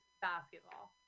basketball